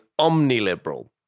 omniliberal